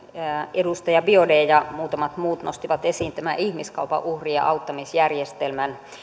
edustaja biaudet ja muutamat muut nostivat esiin tämän ihmiskaupan uhrien auttamisjärjestelmän